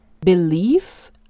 belief